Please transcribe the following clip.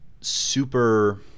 super